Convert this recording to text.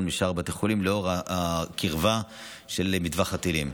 משאר בתי החולים לנוכח הקרבה של טווח הטילים.